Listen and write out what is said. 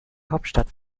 hauptstadt